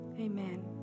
Amen